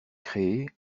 créé